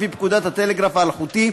לפי פקודת הטלגרף האלחוטי,